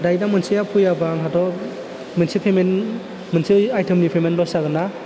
दायो दा मोनसेया फैयाबा आंहाथ' मोनसे पेमेन्ट मोनसे आइटेमनि पेमेन्ट लस्ट जागोनना